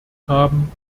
haben